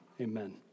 amen